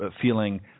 feeling